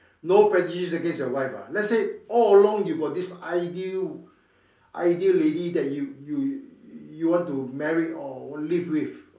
no prejudice against your wife ah let's say all along you got this ideal ideal lady that you you you want to marry or or live with